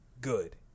good